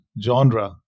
genre